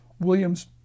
Williams